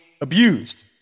abused